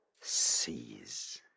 sees